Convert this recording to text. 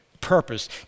Purpose